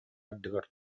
ардыгар